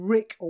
Rick